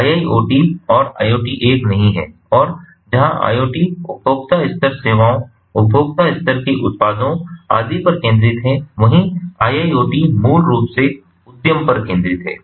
IIoT और IoT एक नहीं हैं और जहां IoT उपभोक्ता स्तर सेवाओं उपभोक्ता स्तर के उत्पादों आदि पर केंद्रित है वहीं IIoT मूल रूप से उद्यम पर केंद्रित है